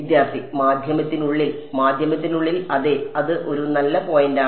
വിദ്യാർത്ഥി മാധ്യമത്തിനുള്ളിൽ മാധ്യമത്തിനുള്ളിൽ അതെ അത് ഒരു നല്ല പോയിന്റാണ്